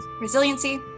resiliency